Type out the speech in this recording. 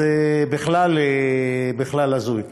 זה בכלל הזוי.